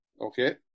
okay